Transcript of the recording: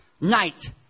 night